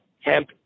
hemp